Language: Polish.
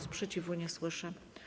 Sprzeciwu nie słyszę.